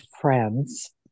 friends